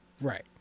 Right